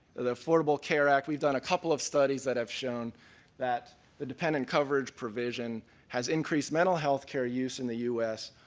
the affordable care act, we've done a couple of studies that have shown that the dependent coverage provision has increased mental healthcare use in the u s.